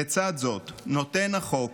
בצד זאת, נותן החוק